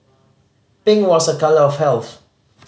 pink was a colour of health